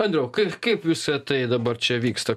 andriau kaip visa tai dabar čia vyksta